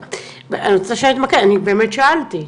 אני באמת שאלתי.